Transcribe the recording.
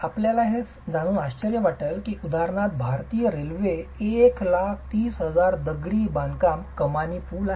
आपल्याला हे जाणून आश्चर्य वाटेल की उदाहरणार्थ भारतीय रेल्वेकडे 130000 दगडी बांधकाम कमानी पूल आहेत